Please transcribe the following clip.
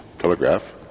Telegraph